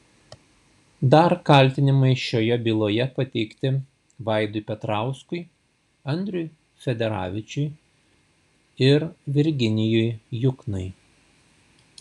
dar kaltinimai šioje byloje pateikti vaidui petrauskui andriui federavičiui ir virginijui juknai